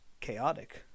chaotic